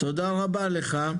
רבה לך.